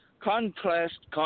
contrast